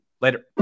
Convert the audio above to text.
Later